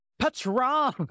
Patron